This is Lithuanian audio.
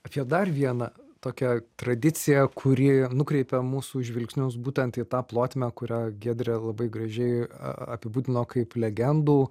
apie dar vieną tokią tradiciją kuri nukreipia mūsų žvilgsnius būtent į tą plotmę kuria giedrė labai gražiai apibūdino kaip legendų